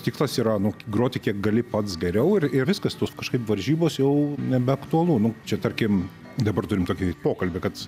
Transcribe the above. tikslas yra nu groti kiek gali pats geriau ir ir viskas tos kažkaip varžybos jau nebeaktualu nu čia tarkim dabar turim tokį pokalbį kad